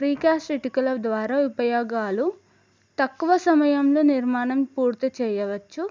precast ఇటుకల ద్వారా ఉపయోగాలు తక్కువ సమయంలో నిర్మాణం పూర్తి చెయ్యవచ్చు